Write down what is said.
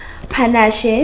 Panache